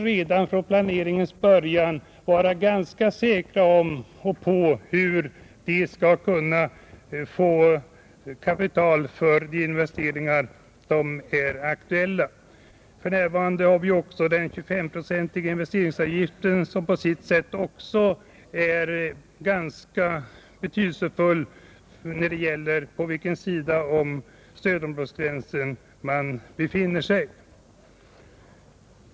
Redan från planeringens början vill man vara ganska säker på hur man skall kunna få kapital till de 159 investeringar som är aktuella. För närvarande har vi också den 25-procentiga investeringsavgiften, som på sitt sätt är ganska betydelsefull när det gäller på vilken sida om stödområdesgränsen man befinner sig.